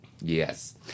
Yes